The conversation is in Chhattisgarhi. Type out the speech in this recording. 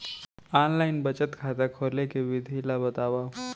ऑनलाइन बचत खाता खोले के विधि ला बतावव?